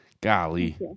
Golly